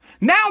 Now